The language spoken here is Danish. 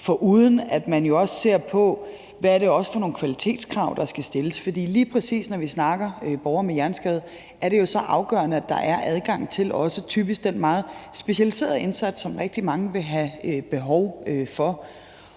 foruden at man jo også ser på, hvad det er for nogle kvalitetskrav, der skal stilles. For lige præcis når vi snakker borgere med hjerneskade, er det jo så afgørende, at der er adgang til den meget specialiserede indsats, som rigtig mange typisk vil have behov for.